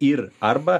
ir arba